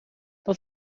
dat